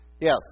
Yes